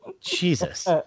Jesus